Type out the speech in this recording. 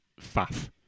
faff